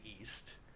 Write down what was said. east